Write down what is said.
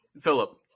philip